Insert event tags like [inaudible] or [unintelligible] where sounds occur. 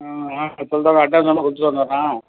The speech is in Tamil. ம் [unintelligible] கரெக்டாக சொன்னால் கொடுத்து வந்துர்றேன்